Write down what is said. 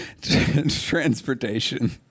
transportation